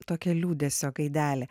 tokia liūdesio gaidelė